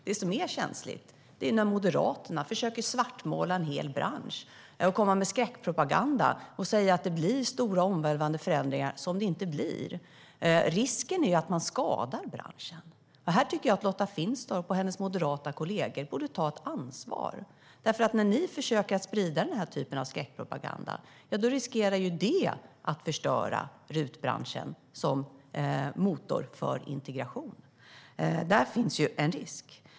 Det som är känsligt är när Moderaterna försöker svartmåla en hel bransch och kommer med skräckpropaganda där de säger att det blir stora och omvälvande förändringar som det inte kommer att bli. Risken är att man skadar branschen. Här tycker jag att Lotta Finstorp och hennes moderata kollegor borde ta ett ansvar. När ni försöker sprida den typen av skräckpropaganda, Lotta Finstorp, riskerar det att förstöra RUT-branschen som motor för integration. Där finns en risk.